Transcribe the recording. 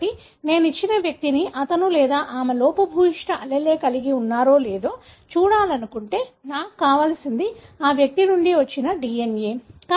కాబట్టి నేను ఇచ్చిన వ్యక్తిని అతను లేదా ఆమె లోపభూయిష్ట allele కలిగి ఉన్నారో లేదో చూడాలనుకుంటే నాకు కావలసింది ఆ వ్యక్తి నుండి వచ్చిన DNA